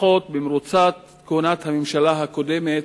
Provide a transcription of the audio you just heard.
לפחות במרוצת כהונת הממשלה הקודמת,